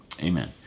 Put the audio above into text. amen